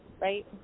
right